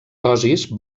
dosis